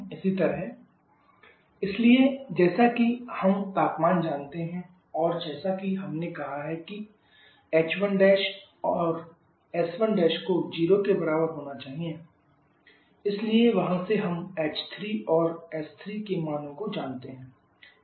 इसी तरह s3 s1Cpliqln T3T1Cpliqln TCTE इसलिए जैसा कि हम तापमान जानते हैं और जैसा कि हमने कहा है कि h1 and s1 को 0 के बराबर होना है इसलिए वहां से हम h3 और s3 के मानो को जानते हैं